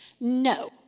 no